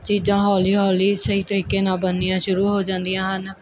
ਚੀਜ਼ਾਂ ਹੌਲੀ ਹੌਲੀ ਸਹੀ ਤਰੀਕੇ ਨਾਲ ਬਣਨੀਆਂ ਸ਼ੁਰੂ ਹੋ ਜਾਂਦੀਆਂ ਹਨ